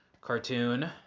cartoon